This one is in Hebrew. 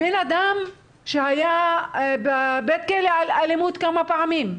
בן אדם שהיה בבית כלא על אלימות כמה פעמים,